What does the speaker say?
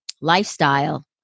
lifestyle